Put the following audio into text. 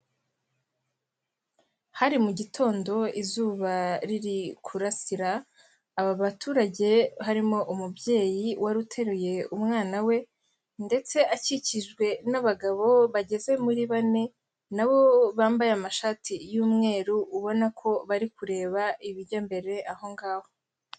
Hari mu gitondo izuba riri kurasira, aba baturage harimo umubyeyi wari uteruye umwana we ndetse akikijwe n'abagabo bageze muri bane na bo bambaye amashati y'umweru ubona ko bari kureba ibijya mbere aho ngaho.